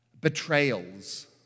betrayals